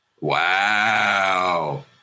Wow